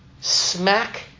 smack